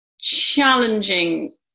challenging